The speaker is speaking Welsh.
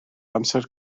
amser